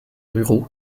ruraux